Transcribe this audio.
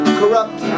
corrupt